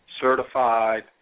certified